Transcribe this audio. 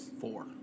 Four